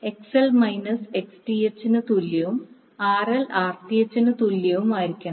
XL minus Xth ന് തുല്യവും RL Rth ന് തുല്യവുമായിരിക്കണം